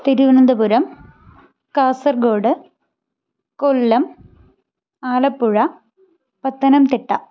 Thiruvananthapuram Kasaragod Kollam Alappuzha Pathanamthitta